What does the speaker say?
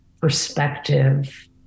perspective